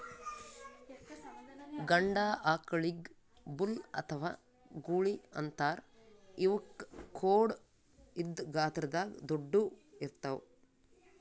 ಗಂಡ ಆಕಳಿಗ್ ಬುಲ್ ಅಥವಾ ಗೂಳಿ ಅಂತಾರ್ ಇವಕ್ಕ್ ಖೋಡ್ ಇದ್ದ್ ಗಾತ್ರದಾಗ್ ದೊಡ್ಡುವ್ ಇರ್ತವ್